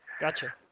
Gotcha